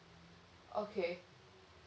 okay